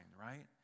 right